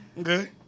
Okay